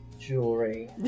jewelry